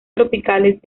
tropicales